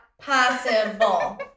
possible